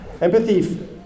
Empathy